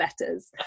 letters